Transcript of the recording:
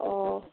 অঁ